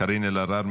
קארין אלהרר,